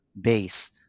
base